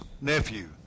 nephew